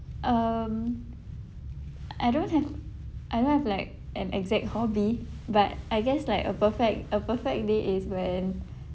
um I don't have I don't have like an exact hobby but I guess like a perfect a perfect day is when